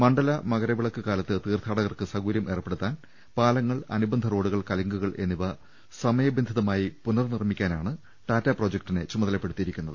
മണ്ഡല മകരവിളക്ക് കാലത്ത് തീർത്ഥാടകർക്ക് സൌകര്യം ഏർപ്പെടുത്താൻ പാലങ്ങൾ അനുബന്ധ റോഡുകൾ കലുങ്കുകൾ എന്നിവ സമയബന്ധിതമായി പുനർ നിർമ്മിക്കാനാണ് ടാറ്റാ പ്രൊജക്ടിനെ ചുമതലപ്പെടുത്തിയിരിക്കുന്നത്